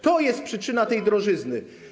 To jest przyczyna tej drożyzny.